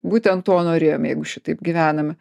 būtent to norėjome jeigu šitaip gyvename